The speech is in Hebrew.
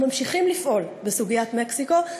אנחנו ממשיכים לפעול בסוגיית מקסיקו.